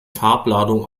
farbladung